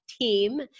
team